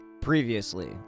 Previously